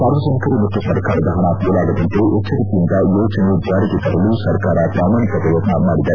ಸಾರ್ವಜನಿಕರು ಮತ್ತು ಸರ್ಕಾರದ ಹಣ ಪೋಲಾಗದಂತೆ ಎಚ್ಚರಿಕೆಯಿಂದ ಯೋಜನೆ ಜಾರಿಗೆ ತರಲು ಸರ್ಕಾರ ಪ್ರಾಮಾಣಿಕ ಪ್ರಯತ್ನ ಮಾಡಿದೆ